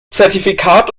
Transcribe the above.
zertifikat